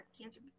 cancer